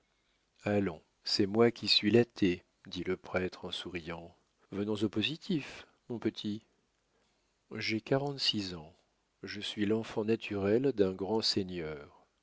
allons c'est moi qui suis l'athée dit le prêtre en souriant venons au positif mon petit j'ai quarante-six ans je suis l'enfant naturel d'un grand seigneur